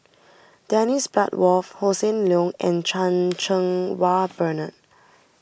Dennis Bloodworth Hossan Leong and Chan Cheng Wah Bernard